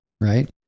right